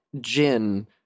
Jin